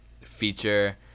feature